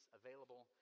available